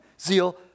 Zeal